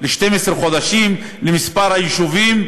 12 חודשים למספר היישובים,